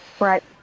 Right